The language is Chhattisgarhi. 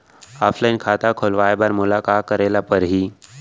ऑफलाइन खाता खोलवाय बर मोला का करे ल परही?